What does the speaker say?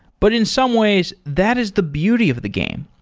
but in some ways, that is the beauty of the game.